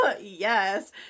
yes